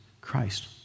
Christ